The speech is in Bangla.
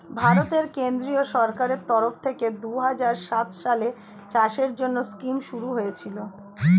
ভারতের কেন্দ্রীয় সরকারের তরফ থেকে দুহাজার সাত সালে চাষের জন্যে স্কিম শুরু হয়েছিল